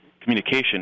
communication